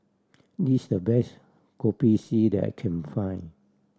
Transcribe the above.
this the best Kopi C that I can find